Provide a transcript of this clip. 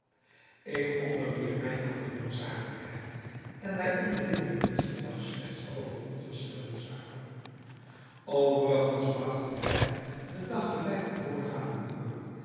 ik onderwierp mij aan de noodzakelijkheid en wij onderhielden ons dien dag slechts over onverschillige zaken overigens bragten wij den dag gelijk den voorgaanden door